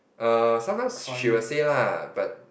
err sometimes she'll say lah but